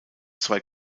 zwei